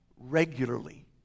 regularly